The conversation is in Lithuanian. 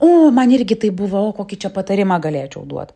o man irgi taip buvo o kokį čia patarimą galėčiau duot